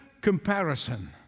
comparison